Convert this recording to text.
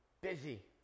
busy